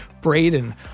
Braden